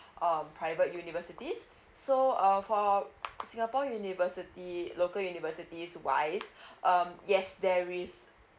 um private universities so uh for singapore university local universities wise um yes there is